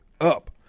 up